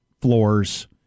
floors